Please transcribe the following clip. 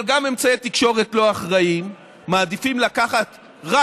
אבל גם אמצעי תקשורת לא אחראים מעדיפים לקחת רק